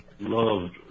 Loved